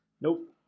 nope